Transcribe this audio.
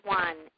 one